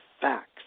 facts